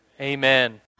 Amen